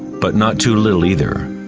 but not too little either.